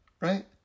right